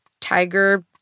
tiger